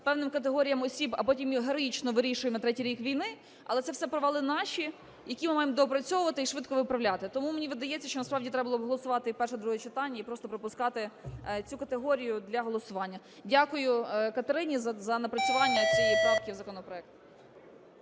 певним категоріям осіб, а потім їх героїчно вирішуємо на третій рік війни? Але це все провали наші, які ми маємо доопрацьовувати і швидко виправляти. Тому мені видається, що насправді треба було б голосувати і перше, і друге читання і просто пропускати цю категорію для голосування. Дякую Катерині за напрацювання цієї правки в законопроекті.